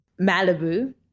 Malibu